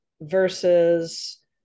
versus